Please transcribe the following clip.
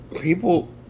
People